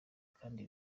kandi